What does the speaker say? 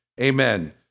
Amen